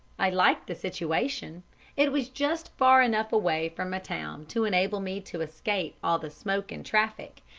i liked the situation it was just far enough away from a town to enable me to escape all the smoke and traffic,